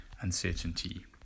uncertainty